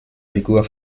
figur